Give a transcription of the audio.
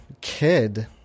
kid